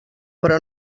però